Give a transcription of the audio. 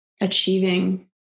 achieving